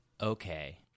okay